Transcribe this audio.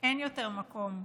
אין יותר מקום.